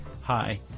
hi